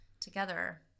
together